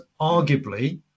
arguably